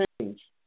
change